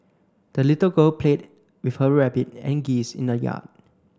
the little girl played with her rabbit and geese in the yard